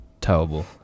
terrible